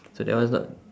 so that one's not